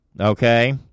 okay